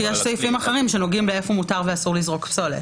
כי יש סעיפים אחרים שמדברים על איפה מותר ואיפה אסור לזרוק פסולת.